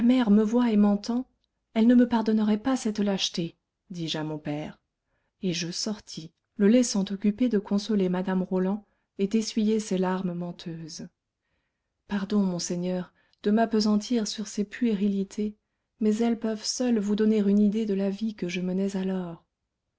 me voit et m'entend elle ne me pardonnerait pas cette lâcheté dis-je à mon père et je sortis le laissant occupé de consoler mme roland et d'essuyer ses larmes menteuses pardon monseigneur de m'appesantir sur ces puérilités mais elles peuvent seules vous donner une idée de la vie que je menais alors